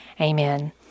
Amen